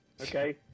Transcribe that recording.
Okay